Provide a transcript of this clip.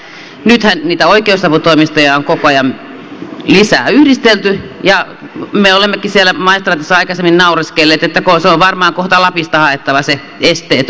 nythän niitä oikeusaputoimistoja on koko ajan lisää yhdistelty ja me olemmekin siellä maistraatissa aikaisemmin naureskelleet että on varmaan kohta lapista haettava se esteetön edunvalvoja